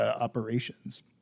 operations